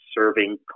serving